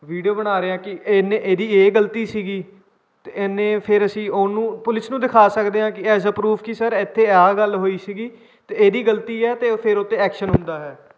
video ਬਣਾ ਰਹੇ ਕਿ ਇੰਨੇ ਇਹਦੀ ਇਹ ਗਲਤੀ ਸੀਗੀ ਅਤੇ ਇਹਨੇ ਫਿਰ ਅਸੀਂ ਉਹਨੂੰ ਪੁਲਿਸ ਨੂੰ ਦਿਖਾ ਸਕਦੇ ਹਾਂ ਕਿ ਐਜ ਆ ਪਰੂਫ ਕਿ ਸਰ ਇੱਥੇ ਆਹ ਗੱਲ ਹੋਈ ਸੀਗੀ ਅਤੇ ਇਹਦੀ ਗਲਤੀ ਹੈ ਅਤੇ ਫਿਰ ਉਹ 'ਤੇ ਐਕਸ਼ਨ ਹੁੰਦਾ ਹੈ